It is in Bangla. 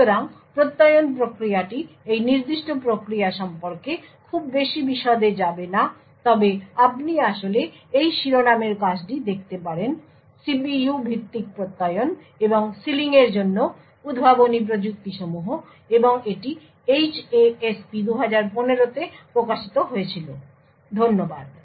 সুতরাং প্রত্যয়ন প্রক্রিয়াটি এই নির্দিষ্ট প্রক্রিয়া সম্পর্কে খুব বেশি বিশদে যাবে না তবে আপনি আসলে এই শিরোনামের কাজটি দেখতে পারেন CPU ভিত্তিক প্রত্যয়ন এবং সিলিংয়ের জন্য উদ্ভাবনী প্রযুক্তিসমূহ এবং এটি HASP 2015 এ প্রকাশিত হয়েছিল ধন্যবাদ